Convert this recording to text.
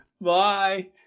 Bye